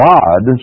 God